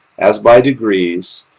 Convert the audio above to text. as by degrees,